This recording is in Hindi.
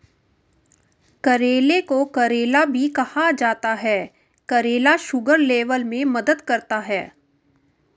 करेले को करेला भी कहा जाता है करेला शुगर लेवल में मदद करता है